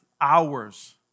hours